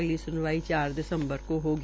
अगली सुनवाई चार दिसम्बर को होगी